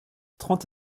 trente